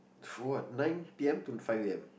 for what nine P_M to five A_M